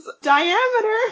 Diameter